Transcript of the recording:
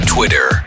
Twitter